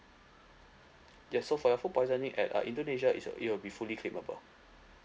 yes so for your food poisoning at uh indonesia it's uh it will be fully claimable